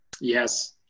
Yes